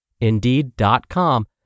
Indeed.com